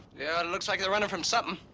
yeah. it looks like they're running from something.